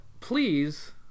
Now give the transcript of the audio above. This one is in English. please